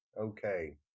okay